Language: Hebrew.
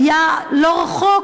היה לא רחוק,